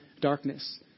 darkness